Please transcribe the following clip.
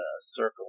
circle